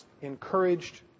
encouraged